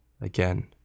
again